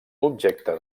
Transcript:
objecte